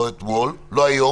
לא היום,